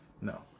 No